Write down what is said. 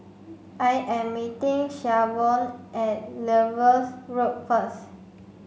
I am meeting Shavonne at Lewis Road first